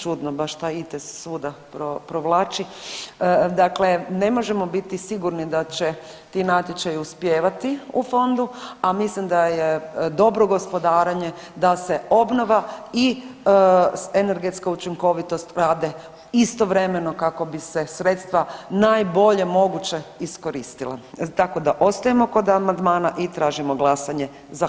Čudno, baš taj ... svuda provlači, dakle ne možemo biti sigurni da će ti natječaju uspijevati u fondu, a mislim da je dobro gospodarenje, da se obnova i energetska učinkovitost rade istovremeno kako bi se sredstva najbolje moguće iskoristila, tako da ostajemo kod amandmana i tražimo glasanje.